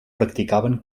practicaven